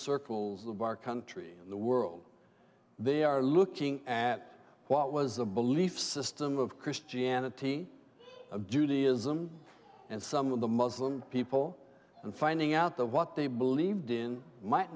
circles of our country in the world they are looking at what was the belief system of christianity of judaism and some of the muslim people and finding out that what they believed in might